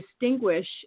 distinguish